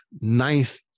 ninth